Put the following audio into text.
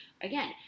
again